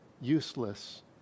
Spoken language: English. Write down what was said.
useless